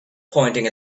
pointing